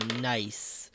nice